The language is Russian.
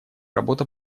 работа